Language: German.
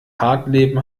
hartleben